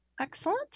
Excellent